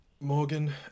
Morgan